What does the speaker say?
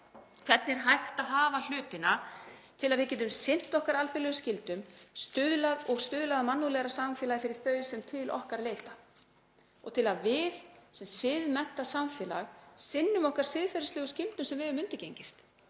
Hvernig er hægt að hafa hlutina til að við getum sinnt okkar alþjóðlegu skyldum og stuðlað að mannúðlegra samfélagi fyrir þau sem til okkar leita, og til að við, sem siðmenntað samfélag, sinnum okkar siðferðislegu skyldum sem við höfum undirgengist?